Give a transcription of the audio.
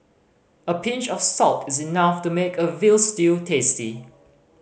a pinch of salt is enough to make a veal stew tasty